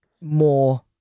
more